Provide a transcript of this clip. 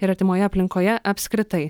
ir artimoje aplinkoje apskritai